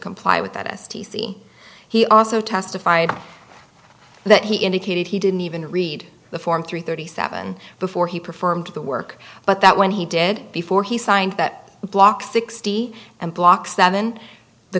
comply with that s t c he also testified that he indicated he didn't even read the form three thirty seven before he performed the work but that when he did before he signed that block sixty and blocks